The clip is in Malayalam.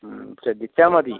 ശ്രദ്ധിച്ചാൽ മതി